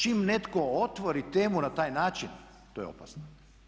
Čim netko otvori temu na taj način to je opasno.